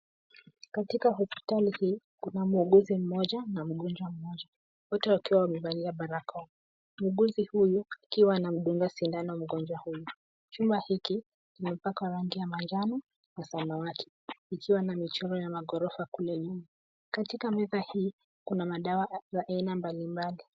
Katika hospitali hii kuna muuguzi mmoja na mgonjwa mmoja, wote wakiwa wamevalia barakoa. Muuguzi huyu akiwa anamdunga sindano mgonjwa huyu. Chumba hiki kimepakwa rangi ya manjano na samawati ikiwa na michoro ya maghorofa kule nyuma. Katika meza hii kuna madawa za aina mbalimbali.